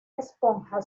esponja